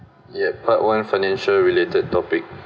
ya part one financial related topic